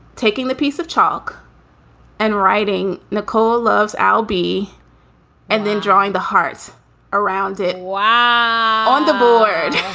taking the piece of chalk and writing. nicole loves ah albee and then drawing the heart around it why on the board.